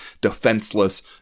defenseless